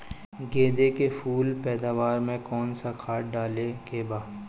गेदे के फूल पैदवार मे काउन् सा खाद डाले के बा?